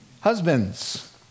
Husbands